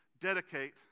dedicate